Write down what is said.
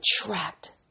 attract